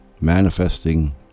manifesting